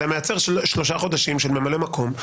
זה מייצר שלושה חודשים של ממלא-מקום,